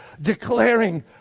declaring